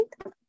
Okay